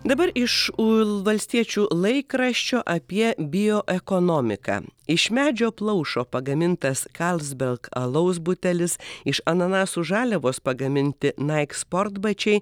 dabar iš ul valstiečių laikraščio apie bioekonomiką iš medžio plaušo pagamintas kalsbelg alaus butelis iš ananasų žaliavos pagaminti naik sportbačiai